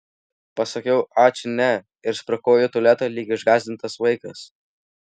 pasakiau ačiū ne ir sprukau į tualetą lyg išgąsdintas vaikas